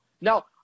Now